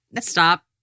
Stop